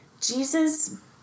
Jesus